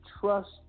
trust